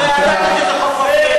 הרי ידעתם שזה חוק מפלה.